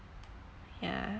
ya